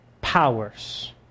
powers